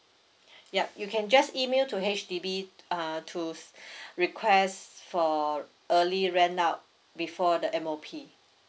yup you can just email to H_D_B uh to request for early rent out before the M_O_P